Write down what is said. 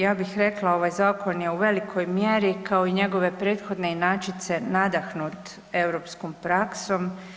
Ja bih rekla ovaj zakon je u velikoj mjeri kao i njegove prethodne inačice nadahnut europskom praksom.